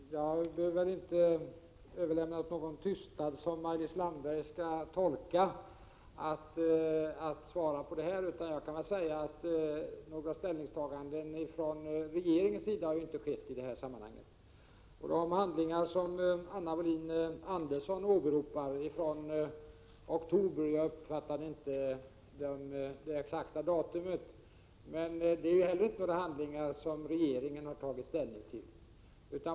Herr talman! Jag behöver väl inte överlåta åt Maj-Lis Landberg att tolka någon tystnad som svar på denna fråga. Jag kan säga att några ställningstaganden från regeringens sida inte har skett i sammanhanget. De handlingar från oktober — jag uppfattade inte exakt datum som Anna Wohlin-Andersson åberopar har regeringen inte tagit ställning till.